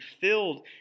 filled